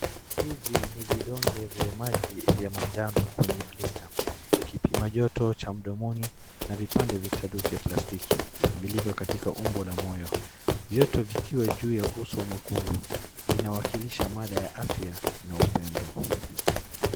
Hivi ni vidonge vya maji vya majano kwenye blista. Kipima joto cha mdomoni na vipande vitatu vya palstiki vilivyo katika umbo la moyo. Vyote vikiwa juu ya uso mwekundu, inawakilisha mada ya afya na upendo.